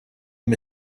omm